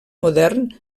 modern